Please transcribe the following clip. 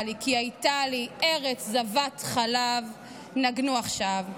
לי / כי הייתה לי / ארץ זבת חלב / נגנו עכשיו.